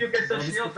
בדיוק עוד עשר שניות,